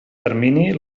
termini